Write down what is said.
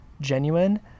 genuine